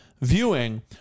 viewing